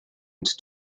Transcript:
into